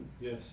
Yes